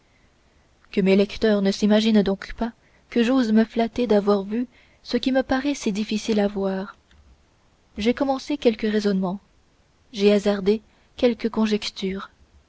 que mes lecteurs ne s'imaginent donc pas que j'ose me flatter d'avoir vu ce qui me paraît si difficile à voir j'ai commencé quelques raisonnements j'ai hasardé quelques conjectures